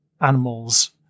animals